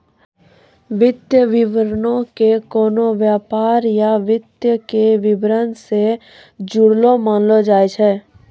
वित्तीय विवरणो के कोनो व्यापार या व्यक्ति के विबरण से जुड़लो मानलो जाय छै